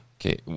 Okay